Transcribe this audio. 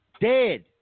dead